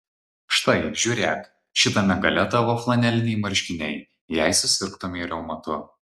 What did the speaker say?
štai žiūrėk šitame gale tavo flaneliniai marškiniai jei susirgtumei reumatu